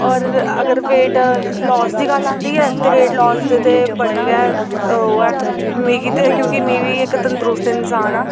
होर अगर weight loss दी गल्ल आंदी ऐ ते वेट लॉस दे ते बड़े गै ओह् ऐ क्योंकि में बी इक तंदरुस्त इंसान आं